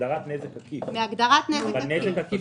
מהגדרת "נזק עקיף".